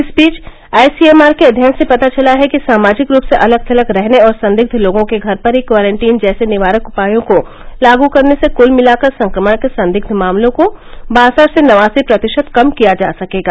इस बीच आईसीएमआर के अध्ययन से पता चला है कि सामाजिक रूप से अलग थलग रहने और संदिग्ध लोगों के घर पर ही क्वारँटीन जैसे निवारक उपायों को लागू करने से कुल मिलाकर संक्रमण के संदिग्ध मामलों को बासठ से नवासी प्रतिशत कम किया जा सकेगा